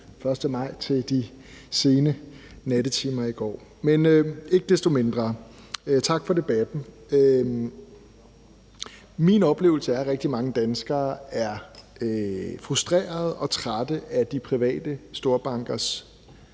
1. maj til de sene nattetimer i går, men ikke desto mindre tak for debatten. Min opfattelse er, at rigtig mange danskere er frustrerede og trætte af de private storbankers